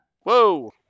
Whoa